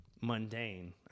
mundane